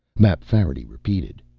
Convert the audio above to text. mapfarity repeated,